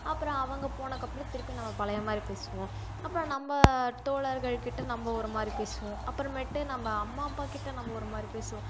அப்புறம் அவங்க போனக்கப்புறம் திருப்பி நம்ம பழைய மாதிரி பேசுவோம் அப்புறம் நம்ம தோழர்கள்கிட்ட நம்ம ஒரு மாதிரி பேசுவோம் அப்புறமேட்டு நம்ம அம்மா அப்பாக்கிட்ட நம்ம ஒரு மாதிரி பேசுவோம்